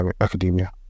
academia